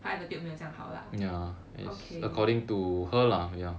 她 attitude 没有这样好 lah okay